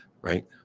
Right